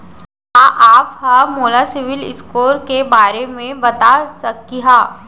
का आप हा मोला सिविल स्कोर के बारे मा बता सकिहा?